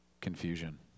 confusion